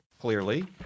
clearly